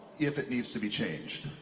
if it needs to be changed.